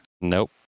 Nope